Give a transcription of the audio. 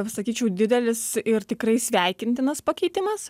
sakyčiau didelis ir tikrai sveikintinas pakeitimas